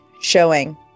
showing